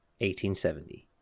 1870